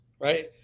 right